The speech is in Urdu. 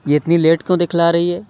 یہ اتنی لیٹ کیوں دکھلا رہی ہے